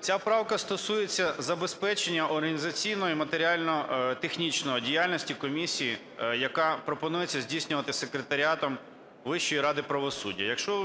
Ця правка стосується забезпечення організаційного і матеріально-технічно діяльності комісії, яка пропонується здійснювати секретаріатом Вищої ради правосуддя. Якщо